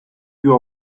you